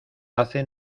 hace